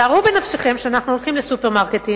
שערו בנפשכם שאנחנו הולכים לסופרמרקטים,